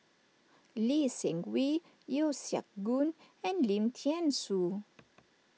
Lee Seng Wee Yeo Siak Goon and Lim thean Soo